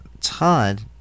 Todd